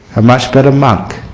a much better monk